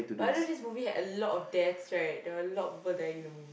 but other this movie had a lot of death right that a lot of people dying in the movie